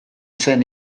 zen